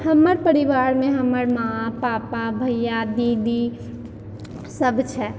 हमर परिवारमे हमर माँ पापा भैया दीदी सब छै